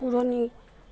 পুৰণি